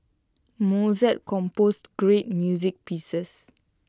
Mozart composed great music pieces